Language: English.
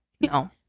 No